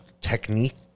technique